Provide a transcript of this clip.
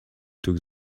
took